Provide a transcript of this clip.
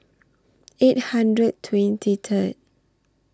eight hundred twenty Third